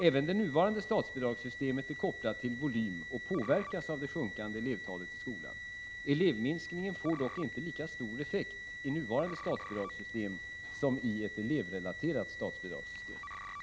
Även det nuvarande statsbidragssystemet är kopplat till volym och påverkas av det sjunkande elevtalet i skolan. Elevminskningen får dock inte lika stor effekt i nuvarande statsbidragssystem som i ett elevrelaterat statsbidragssystem.